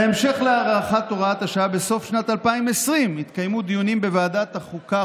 בהמשך להארכת הוראת השעה בסוף שנת 2020 התקיימו דיונים בוועדת החוקה,